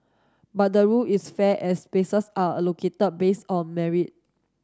but the rule is fair as spaces are allocated based on merit